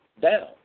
down